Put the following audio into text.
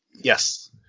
Yes